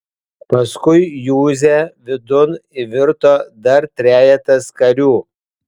paskui juzę vidun įvirto dar trejetas karių